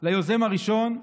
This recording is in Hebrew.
ליוזם הראשון,